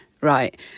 right